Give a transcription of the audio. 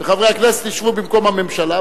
וחברי הכנסת ישבו במקום הממשלה,